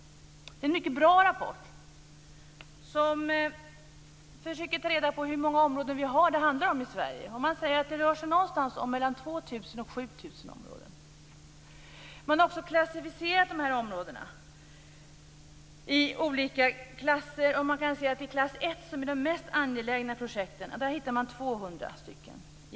Det är en mycket bra rapport, som försöker ta reda på hur många områden det handlar om i Sverige. Man säger att det handlar om någonstans mellan 2 000 och 7 000 områden. Man har också klassificerat de här områdena. Man har olika klasser för dem, och i klass 1, som innehåller de mest angelägna projekten, hittar man 200.